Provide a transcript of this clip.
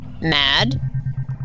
Mad